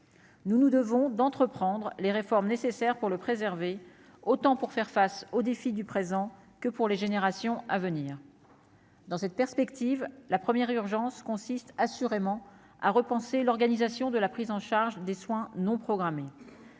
nous nous devons d'entreprendre les réformes nécessaires pour le préserver, autant pour faire face aux défis du présent que pour les générations à venir dans cette perspective, la première urgence consiste assurément à repenser l'organisation de la prise en charge des soins non programmés,